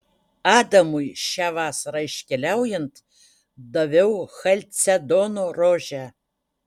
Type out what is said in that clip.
adamui šią vasarą iškeliaujant daviau chalcedono rožę